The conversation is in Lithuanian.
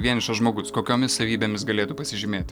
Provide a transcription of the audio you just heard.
vienišas žmogus kokiomis savybėmis galėtų pasižymėti